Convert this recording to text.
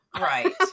Right